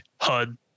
Hud